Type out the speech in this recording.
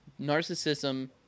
narcissism